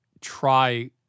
try